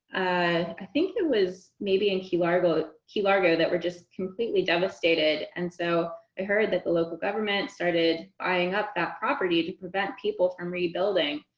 ah i think it was maybe in key largo ah key largo that were just completely devastated. and so i heard that the local government started buying up that property to prevent people from rebuilding.